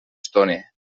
stone